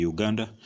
Uganda